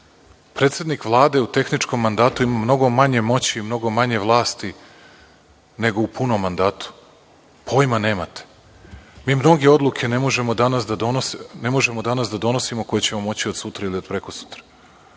Predsednik Vlade u tehničkom mandatu ima mnogo manje moći i mnogo manje vlasti nego u punom mandatu. Pojma nemate. Mi mnoge odluke ne možemo danas da donosimo koje ćemo moći od sutra ili od prekosutra.